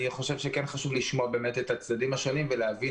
חשוב לשמוע את הצדדים השונים ולהבין